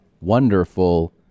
wonderful